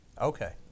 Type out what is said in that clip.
Okay